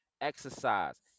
exercise